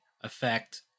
affect